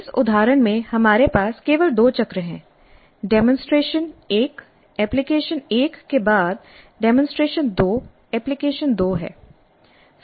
इस उदाहरण में हमारे पास केवल दो चक्र हैं डेमोंसट्रेशन 1 एप्लीकेशन 1 के बाद डेमोंसट्रेशन 2 एप्लीकेशन 2 है